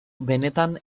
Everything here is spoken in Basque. benetan